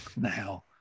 now